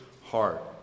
heart